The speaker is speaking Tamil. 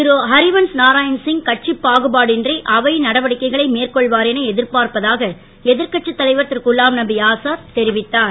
திருஹரிவன்ஸ் நாராயண் சிங் கட்சி பாகுபாடுயின்றி அவை நடவடிக்கைகளை மேற்கொள்வார் என எதிர்பார்ப்பதாக எதிர்கட்சி தலைவர் திருகுலாம்நபி ஆசாத் தெரிவித்தார்